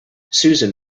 susan